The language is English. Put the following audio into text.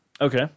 Okay